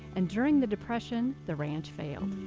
and during the depression. the ranch failed.